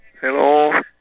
Hello